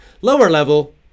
lower-level